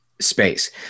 space